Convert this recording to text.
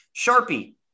Sharpie